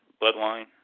Bloodline